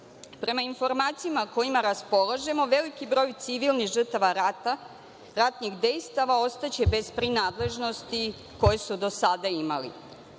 zakon. Prema informacijama kojima raspolažemo, veliki broj civilnih žrtava rata, ratnih dejstava ostaće bez prinadležnosti koje su do sada imali.